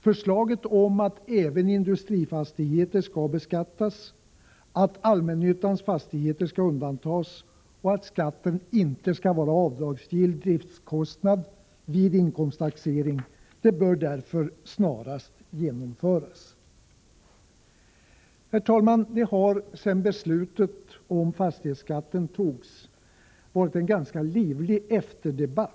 Förslagen om att även industrifastigheter skall beskattas, att allmännyttans fastigheter skall undantas och att skatten inte skall vara avdragsgill driftskostnad vid inkomsttaxering bör därför snarast genomföras. Herr talman! Det har sedan beslutet om fastighetsskatten fattades varit en ganska livlig efterdebatt.